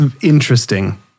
interesting